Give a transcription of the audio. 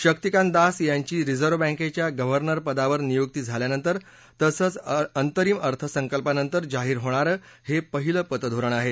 शक्तीकांत दास यांची रिझर्व बँकेच्या गव्हर्नरपदावर नियुक्ती झाल्यानंतर तसंच अंतरिम अर्थसंकल्पानंतर जाहीर होणारं हे पहिलं पतधोरण आहे